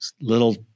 little